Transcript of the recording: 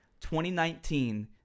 2019